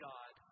God